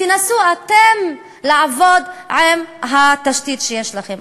תנסו אתם לעבוד עם התשתית שיש לכם.